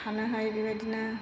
थानोहाय बेबादिनो